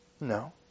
No